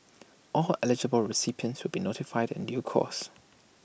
all eligible recipients will be notified in due course